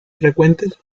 frecuentes